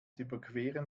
überqueren